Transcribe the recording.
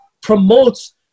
promotes